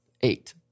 eight